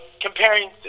comparing